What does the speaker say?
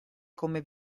come